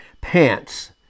pants